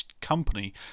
company